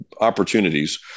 opportunities